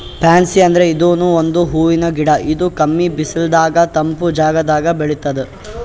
fancy ಅಂದ್ರ ಇದೂನು ಒಂದ್ ಹೂವಿನ್ ಗಿಡ ಇದು ಕಮ್ಮಿ ಬಿಸಲದಾಗ್ ತಂಪ್ ಜಾಗದಾಗ್ ಬೆಳಿತದ್